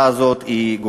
אתה,